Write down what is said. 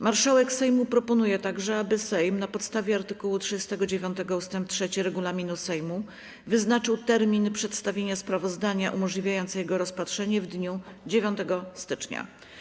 Marszałek Sejmu proponuje także, aby Sejm na podstawie art. 39 ust. 3 regulaminu Sejmu wyznaczył termin przedstawienia sprawozdania umożliwiający jego rozpatrzenie w dniu 9 stycznia.